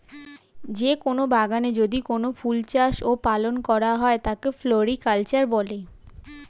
যে কোন বাগানে যদি কোনো ফুল চাষ ও পালন করা হয় তাকে ফ্লোরিকালচার বলে